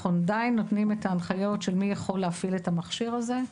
אנחנו עדיין נותנים את ההנחיות של מי יכול להפעיל את המכשיר הזה,